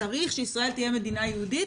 צריך שישראל תהיה מדינה יהודית,